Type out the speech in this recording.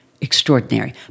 Extraordinary